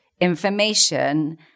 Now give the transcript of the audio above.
information